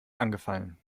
angefallen